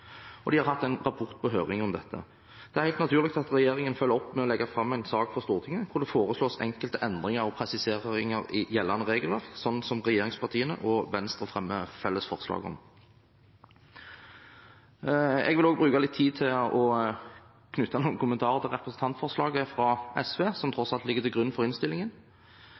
og de har hatt en rapport om dette på høring. Det er helt naturlig at regjeringen følger opp ved å legge fram en sak for Stortinget hvor det foreslås enkelte endringer og presiseringer i gjeldende regelverk, slik som regjeringspartiene og Venstre fremmer felles forslag om. Jeg vil også bruke litt tid på å knytte noen kommentarer til representantforslaget fra SV, som tross alt ligger til grunn for innstillingen.